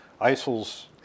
ISIL's